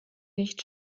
nicht